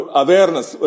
awareness